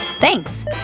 Thanks